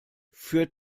für